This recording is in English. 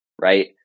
right